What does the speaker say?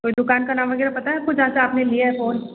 कोई दुकान का नाम वगैरह पता है आपको जहाँ से आपने लिया है फ़ोन